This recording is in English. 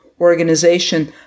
organization